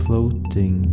Floating